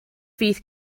fydd